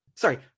Sorry